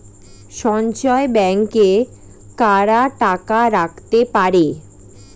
সঞ্চয় ব্যাংকে কারা টাকা রাখতে পারে?